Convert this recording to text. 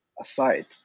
aside